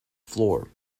floor